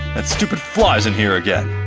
that stupid fly's in here again.